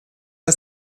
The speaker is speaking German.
der